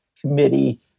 committee